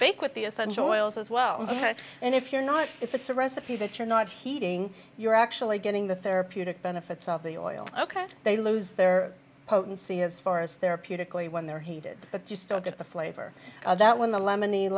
bake with the essential oils as well and if you're not if it's a recipe that you're not heating you're actually getting the therapeutic benefits of the oil ok they lose their potency as far as therapeutically when they're heated but you still get the flavor that when the lemon